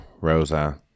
Rosa